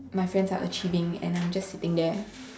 my friends are achieving and I'm just sitting there